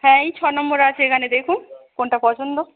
হ্যাঁ এই ছ নম্বর আছে এখানে দেখুন কোনটা পছন্দ